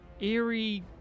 eerie